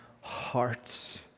hearts